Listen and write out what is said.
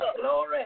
Glory